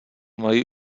mají